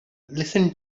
listen